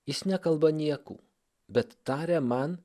jis nekalba niekų bet taria man